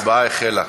ההצבעה החלה.